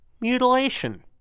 mutilation